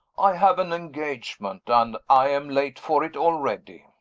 i have an engagement and i am late for it already.